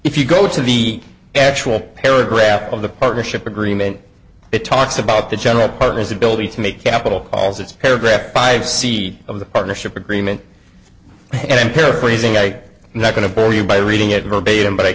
if you go to the actual paragraph of the partnership agreement it talks about the general partners ability to make capital as it's paragraph five c of the partnership agreement and paraphrasing like not going to bore you by reading it verbatim but i